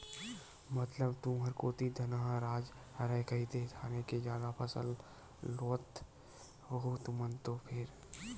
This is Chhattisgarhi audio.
मतलब तुंहर कोती धनहा राज हरय कहिदे धाने के जादा फसल लेवत होहू तुमन तो फेर?